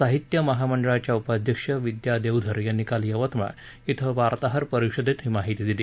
साहित्य महामंडळाच्या उपाध्यक्ष विद्या देवधर यांनी काल यवतमाळ क्षे वार्ताहर परिषदेत ही माहिती दिली